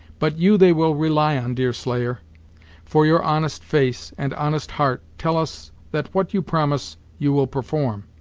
but you they will rely on, deerslayer for your honest face and honest heart tell us that what you promise you will perform.